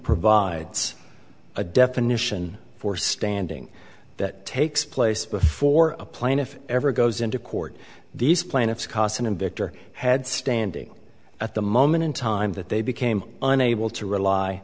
provides a definition for standing that takes place before a plaintiff ever goes into court these plaintiffs costs and victor had standing at the moment in time that they became unable to rely